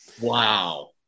Wow